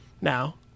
Now